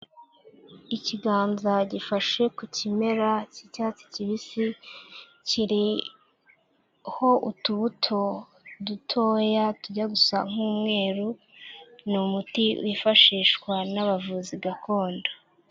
Ikiganza gifashe ku kimera cy'icyatsi kibisi, kiriho utubuto dutoya tujya gusa nk'umweru, ni umuti wifashishwa n'abavuzi gakondo.